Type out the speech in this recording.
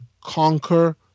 conquer